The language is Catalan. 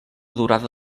durada